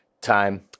time